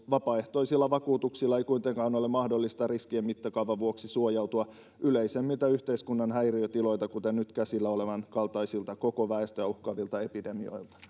vapaaehtoisilla vakuutuksilla ei kuitenkaan ole mahdollista riskien mittakaavan vuoksi suojautua yleisemmiltä yhteiskunnan häiriötiloilta kuten nyt käsillä olevan kaltaisilta koko väestöä uhkaavilta epidemioilta